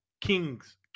Kings